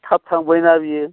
थाब थांबायना बियो